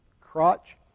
Crotch